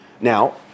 Now